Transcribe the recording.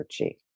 energy